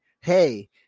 hey